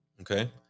Okay